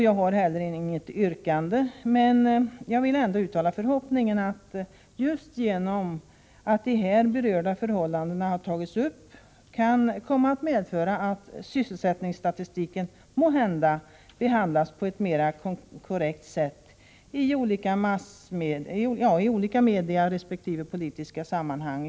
Jag har heller inget yrkande, men jag vill ändå uttala förhoppningen att just det faktum att de här berörda förhållandena har tagits upp kan komma att medföra att sysselsättningsstatistiken i fortsättningen behandlas på ett mera korrekt sätt — i olika media och i olika politiska sammanhang.